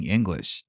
English